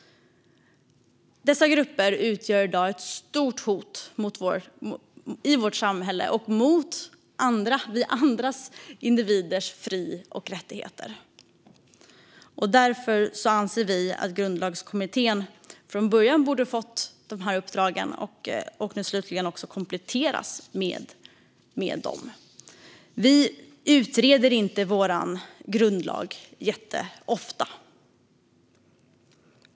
Dessa grupper utgör i dag ett stort hot i vårt samhälle och mot oss andra och våra fri och rättigheter som individer. Därför anser vi att Grundlagskommittén borde ha fått de här uppdragen från början men att man nu slutligen ska komplettera med dem. Vi utreder inte vår grundlag jätteofta.